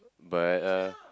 but uh